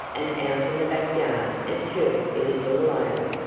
and out in the back yard until it is all over.